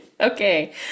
okay